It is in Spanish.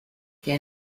que